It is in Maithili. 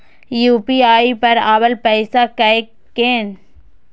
यू.पी.आई पर आएल पैसा कै कैन?